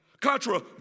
Contra